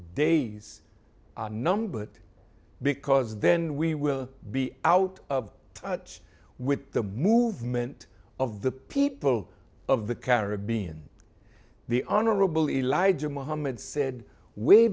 days are numbered because then we will be out of touch with the movement of the people of the caribbean the honorable elijah muhammad said way